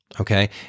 okay